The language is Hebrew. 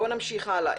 נמשיך הלאה.